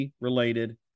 related